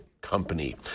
company